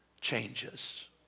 changes